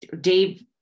Dave